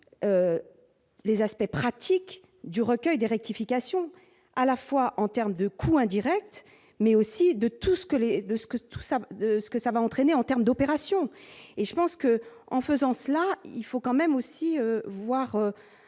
les aspects pratiques du recueil des rectifications à la fois en termes de coûts indirects, mais aussi de tout ce que les de ce que tout ça, de ce que ça va entraîner en terme d'opération et je pense qu'en faisant cela, il faut quand même aussi voir